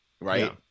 right